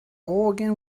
organ